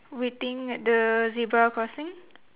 waiting at the zebra crossing